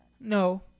No